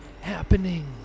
happening